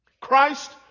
Christ